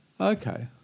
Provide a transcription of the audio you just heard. Okay